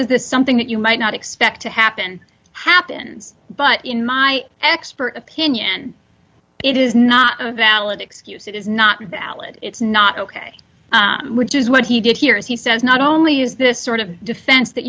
does this something that you might not expect to happen happens but in my expert opinion it is not a valid excuse it is not valid it's not ok which is what he did here is he says not only is this sort of defense that